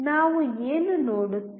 ನಾವು ಏನು ನೋಡುತ್ತೇವೆ